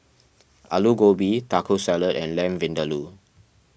Alu Gobi Taco Salad and Lamb Vindaloo